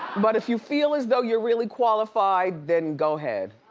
but if you feel as though you're really qualified, then go ahead.